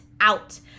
out